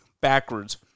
backwards